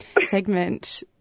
segment